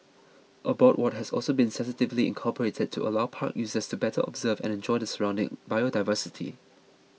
a boardwalk has also been sensitively incorporated to allow park users to better observe and enjoy the surrounding biodiversity